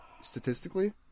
statistically